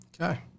Okay